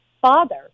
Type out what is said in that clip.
father